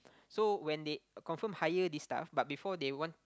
so when they confirm hire this staff but before they want